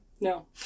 No